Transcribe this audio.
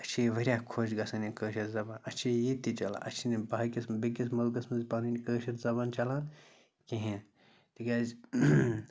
اَسہِ چھِ یہِ واریاہ خۄش گَژھان یہِ کٲشِر زَبان اَسہِ چھِ یہِ ییٚتہِ تہِ چَلان اَسہِ چھِنہٕ یِم باقِیَس بیٚیہِ کِس مٕلکَس منٛز پَنٕںۍ کٲشِر زَبان چَلان کِہیٖنۍ تِکیٛازِ